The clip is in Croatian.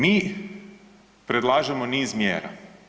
Mi predlažemo niz mjera.